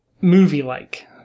movie-like